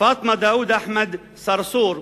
פאטמה דאוד אחמד צרצור,